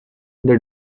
the